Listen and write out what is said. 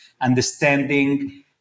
understanding